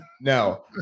No